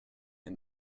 and